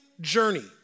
journey